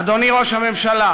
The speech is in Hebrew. אדוני ראש הממשלה,